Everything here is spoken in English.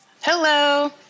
Hello